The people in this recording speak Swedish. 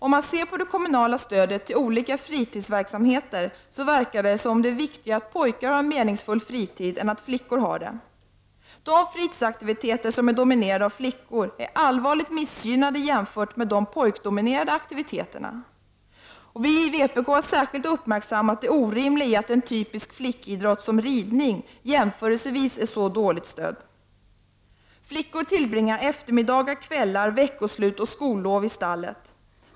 Om man ser på det kommunala stödet till olika fritidsverksamheter så verkar det som om det är viktigare att pojkar har en meningsfull fritid än att flickor har det. De fritidsaktiviteter som är dominerade av flickor är allvarligt missgynnade jämfört med de pojkdominerade aktiviteterna. Vi i vpk har särskilt uppmärksammat det orimliga i att en typisk flickidrott, som ridning, jämförelsevis är så dåligt stödd. Flickor tillbringar eftermiddagar, kvällar, veckoslut och skollov i stallet.